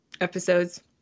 episodes